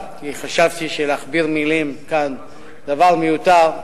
כי חשבתי שלהכביר מלים כאן זה דבר מיותר,